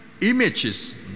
Images